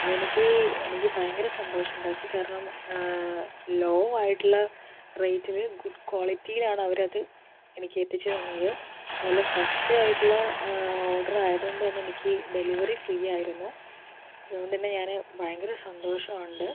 അതെനിക്ക് എനിക്ക് ഭയങ്കര സന്തോഷമുണ്ടാക്കി കാരണം ലോ ആയിട്ടുള്ള റേറ്റില് ഗുഡ് ക്വാളിറ്റിയിലാണവരത് എനിക്ക് എത്തിച്ചു തന്നത് അതുപോലെ ഫസ്റ്റ് ആയിട്ടുള്ള ഓർഡർ ആയതു കൊണ്ടുതന്നെ എനിക്ക് ഡെലിവറി ഫ്രീ ആയിരുന്നു അതുകൊണ്ടുതന്നെ ഞാന് ഭയങ്കര സന്തോഷമുണ്ട്